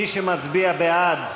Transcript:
מי שמצביע בעד,